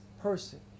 person